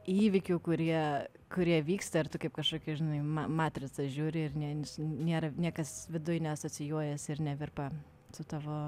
įvykių kurie kurie vyksta ir tu kaip kažkokį žinai ma matricą žiūri ir ne niekas viduj ne asocijuojasi ir nevirpa su tavo